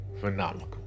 phenomenal